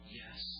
yes